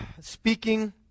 speaking